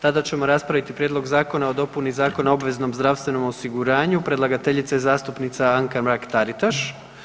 Tada ćemo raspraviti Prijedlog zakona o dopuni Zakona o obveznom zdravstvenom osiguranju, predlagateljica je zastupnica Anka Mrak-Taritaš.